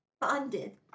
bonded